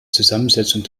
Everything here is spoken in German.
zusammensetzung